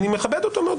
אני מכבד אותו מאוד,